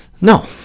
No